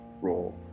role